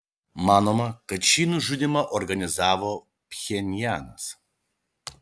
manoma kad šį nužudymą organizavo pchenjanas